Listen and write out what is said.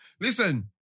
Listen